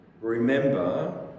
remember